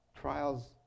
Trials